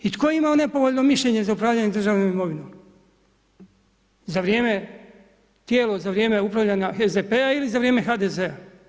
I tko je imao nepovoljno mišljenje za upravljanje državnom imovinom za vrijeme, tijelo, za vrijeme upravljanja SDP-a ili za vrijeme HDZ-a?